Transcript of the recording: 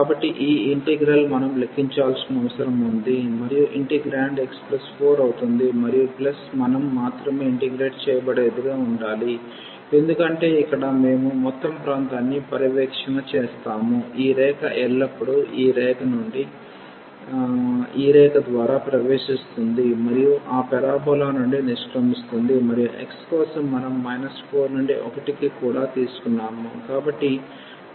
కాబట్టి ఈ ఇంటిగ్రల్ మనం లెక్కించాల్సిన అవసరం ఉంది మరియు ఇంటిగ్రేండ్ x4 అవుతుంది మరియు ప్లస్ మనం మాత్రమే ఇంటిగ్రేట్ చేయబడేదిగా ఉండాలి ఎందుకంటే ఇక్కడ మేము మొత్తం ప్రాంతాన్ని పర్యవేక్షణ చేస్తాము ఈ రేఖ ఎల్లప్పుడూ ఈ రేఖ ద్వారా ప్రవేశిస్తుంది మరియు ఆ పరబోలా నుండి నిష్క్రమిస్తుంది మరియు x కోసం మనం 4 నుండి 1 కి కూడా తీసుకున్నాము